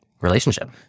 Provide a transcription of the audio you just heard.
relationship